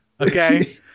Okay